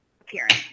appearance